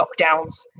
lockdowns